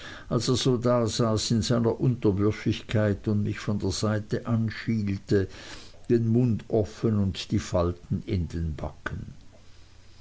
er so dasaß in seiner unterwürfigkeit und mich von der seite anschielte den mund offen und die falten in den backen